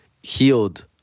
healed